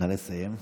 נא לסיים.